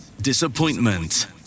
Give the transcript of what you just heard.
disappointment